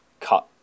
cut